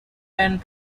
went